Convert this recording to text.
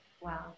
Wow